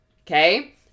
Okay